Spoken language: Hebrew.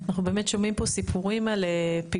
אנחנו באמת שומעים פה סיפורים על פיגועים